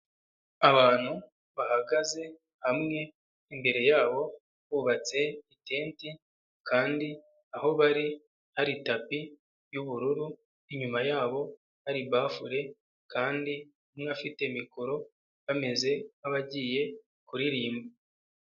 Abantu bahagaze hamwe, imbere yabo bubatse itente kandi aho bari hari tapi y'ubururu, inyuma yabo hari bufule kandi umwe afite mikoro bameze nk'abagiye kuririmba.